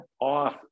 off